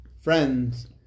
Friends